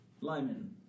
Lyman